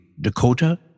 Dakota